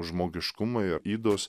žmogiškumo jo ydos